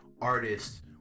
artists